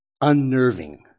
unnerving